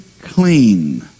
clean